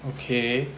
okay